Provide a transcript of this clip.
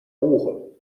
buche